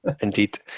Indeed